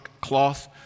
cloth